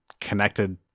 connected